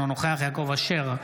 אינו נוכח יעקב אשר,